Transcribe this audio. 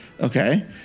Okay